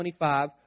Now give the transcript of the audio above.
25